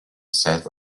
said